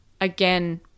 again